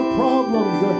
problems